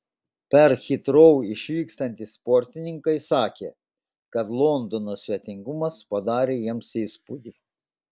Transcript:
per hitrou išvykstantys sportininkai sakė kad londono svetingumas padarė jiems įspūdį